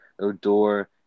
Odor